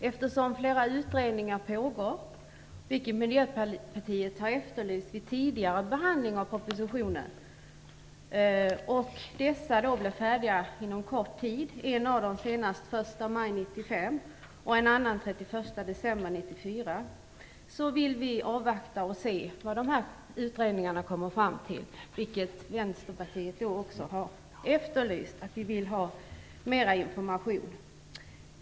Eftersom flera utredningar pågår, vilket Miljöpartiet har efterlyst vid tidigare behandling av propositionen, och dessa blir färdiga inom kort - en av dem senast den 1 maj 1995 och en annan den 31 december 1994 - vill vi avvakta och se vad dessa utredningar kommer fram till. Det har även Vänsterpartiet efterlyst. Vi vill ha mer information.